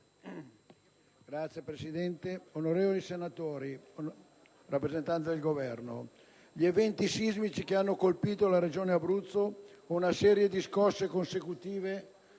Signor Presidente, onorevoli senatori, rappresentante del Governo, gli eventi sismici che hanno colpito la Regione Abruzzo, con una serie di scosse consecutive